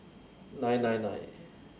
nine nine nine